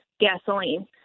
gasoline